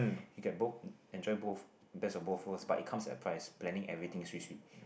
you get both enjoy both best of both worlds but it come at price planning everything swee swee